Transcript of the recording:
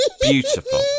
beautiful